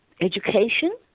education